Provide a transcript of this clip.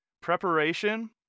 preparation